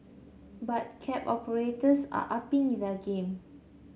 but cab operators are upping their game